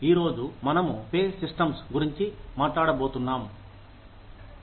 ఈరోజు మనము pay systems గురించి మాట్లాడబోతున్నాం